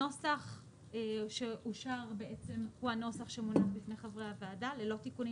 הנוסח שאושר הוא הנוסח שמונח בפני חברי הוועדה ללא תיקונים,